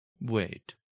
Wait